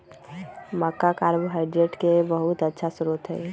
मक्का carbohydrate के बहुत अच्छा स्रोत हई